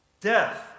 Death